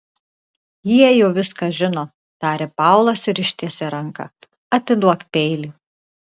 jie jau viską žino tarė paulas ir ištiesė ranką atiduok peilį